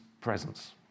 presence